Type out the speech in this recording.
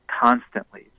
constantly